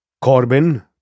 Corbin